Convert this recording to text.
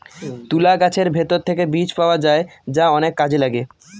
তুলা গাছের ভেতর থেকে বীজ পাওয়া যায় যা অনেক কাজে লাগে